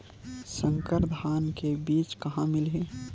संकर धान के बीज कहां मिलही?